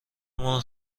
مان